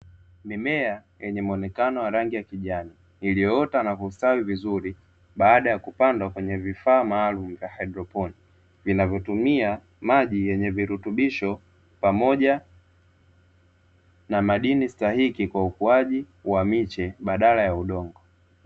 Mimea yenye muonekano wa rangi ya kijani, iliyoota na kusitawi vizuri baada ya kupandwa kwenye vifaa maalumu vya haidroponi vinavyotumia maji yenye virutubisho, pamoja na madini stahiki kwa ukuaji wa miche badala ya udongo.